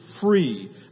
free